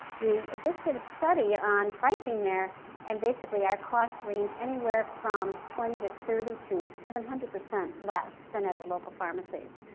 we just did a study on pricing there and basically our costs range anywhere from twenty to thirty to seven hundred percent less than at the local pharmacies.